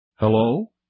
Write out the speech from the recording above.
Hello